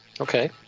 Okay